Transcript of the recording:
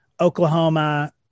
oklahoma